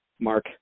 Mark